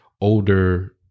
older